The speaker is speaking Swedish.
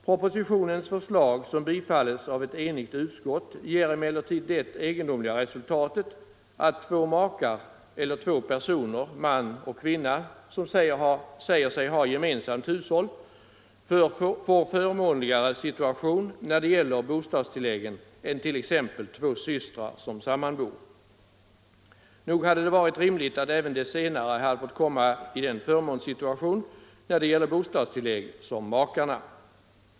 Propositionens förslag, som tillstyrks av ett enigt utskott, ger emellertid det egendomliga resultatet att två makar eller två personer, man och kvinna, som säger sig ha gemensamt hushåll får förmånligare situation när det gäller bostadstilläggen än t.ex. två systrar som sammanbor. Nog hade det varit rimligt att även de senare fått komma i samma förmånssituation när det gäller bostadstillägg som makarna.